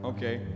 Okay